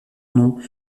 nom